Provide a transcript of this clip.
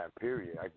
period